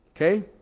Okay